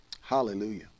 Hallelujah